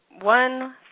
one